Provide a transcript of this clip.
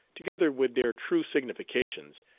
together with their true significations,